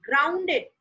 grounded